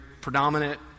predominant